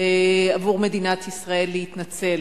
עבור מדינת ישראל להתנצל.